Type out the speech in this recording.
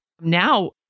now